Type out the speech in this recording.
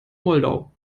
moldau